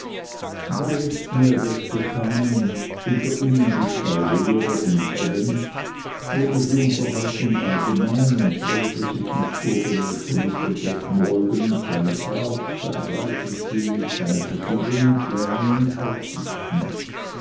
da jetzt mehr gäste kamen unter ihnen die zwei lehrer und adams wurde die unterhaltung allgemein und drehte sich naturgemäß um mr jack maldon und seine fahrt sein reiseziel seine verschiedenen pläne und aussichten